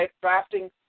drafting